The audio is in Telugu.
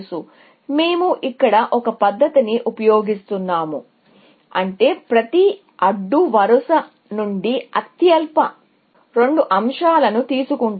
కాబట్టి మేము ఇక్కడ ఒక పద్ధతిని ఉపయోగిస్తాము అంటే ప్రతి అడ్డు వరుస నుండి అత్యల్ప రెండు అంశాలను తీసుకుంటాము